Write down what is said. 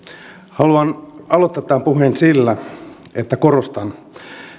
haluan aloittaa tämän puheen sillä että korostan